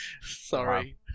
Sorry